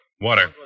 Water